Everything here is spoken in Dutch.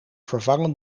vervangen